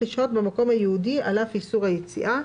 לשהות במקום הייעודי על אף איסור היציאה."